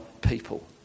people